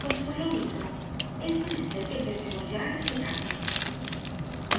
pues por lo mismo es menester que empecemos ya a respetarnos